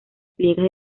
pliegues